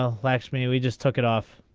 ah laxmi we just took it off.